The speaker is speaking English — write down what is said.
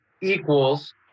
equals